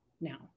now